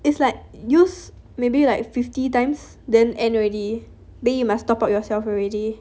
it's like use maybe like fifty times then end already then you must top up yourself already